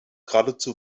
geradezu